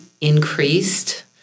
increased